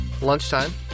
Lunchtime